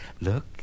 Look